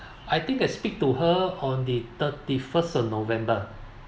I think I speak to her on the thirty first of november